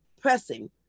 Pressing